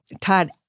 Todd